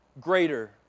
greater